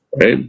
right